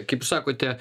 kaip sakote